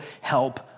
help